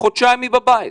חודשיים היא בבית,